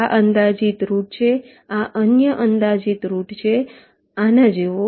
આ અંદાજિત રૂટ છે આ અન્ય અંદાજિત રૂટ છે આના જેવો